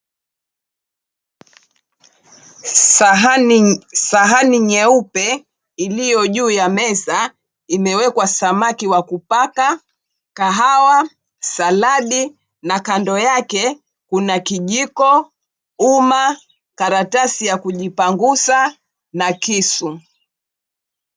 Sahani nyeupe iliyo juu ya meza imewekwa samaki wa kupaka, kahawa, saladi na kando yake kuna kijiko, uma, karatasi ya kujipanguza na kisu.